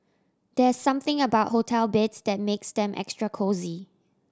there's something about hotel beds that makes them extra cosy